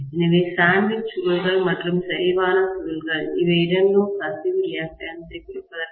எனவே சாண்ட்விச் சுருள்கள் மற்றும் செறிவான சுருள்கள் இவை இரண்டு கசிவு ரியாக்டன்ஸ் ஐக் குறைப்பதற்கான வழிகள்